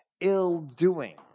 ill-doing